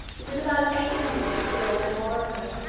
and in about eight minutes we saw no more of her.